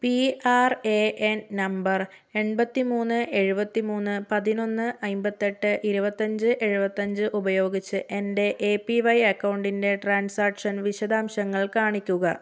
P R A N number എൺപത്തി മൂന്ന് എഴുപത്തി മൂന്ന് പതിനൊന്ന് അമ്പത്തെട്ട് ഇരുപത്തഞ്ച് എഴുപത്തഞ്ച് ഉപയോഗിച്ച് എൻ്റെ എ പി വൈ അക്കൗണ്ടിൻ്റെ ട്രാൻസാക്ഷൻ വിശദാംശങ്ങൾ കാണിക്കുക